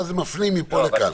ואז הם מפנים מפה לכאן.